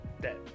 Dead